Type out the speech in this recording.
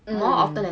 mm